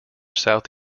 south